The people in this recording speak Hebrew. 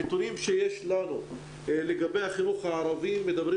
הנתונים שיש לנו לגבי החינוך הערבי מדברים